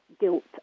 guilt